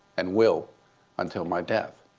and will until my death.